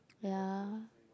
ya